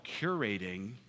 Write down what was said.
curating